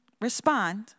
respond